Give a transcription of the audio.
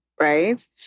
Right